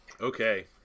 Okay